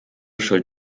schuld